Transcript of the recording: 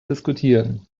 diskutieren